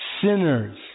sinners